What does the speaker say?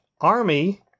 army